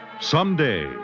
someday